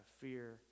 fear